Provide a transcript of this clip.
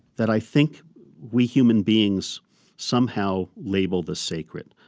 that i think we human beings somehow labeled as sacred.